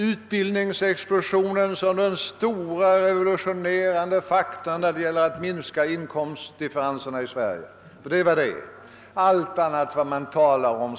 Utbildningsexplosionen är den stora revolutionerande faktorn när det gäller att minska inkomstdifferenserna i Sverige. Det är vad den är.